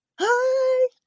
Hi